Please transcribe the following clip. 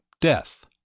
death